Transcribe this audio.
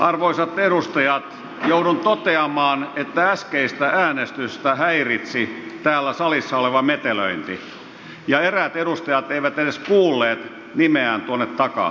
arvoisat edustajat joudun toteamaan että äskeistä äänestystä häiritsi täällä salissa metelöinti ja eräät edustajat eivät edes kuulleet nimeään tuonne takaosaan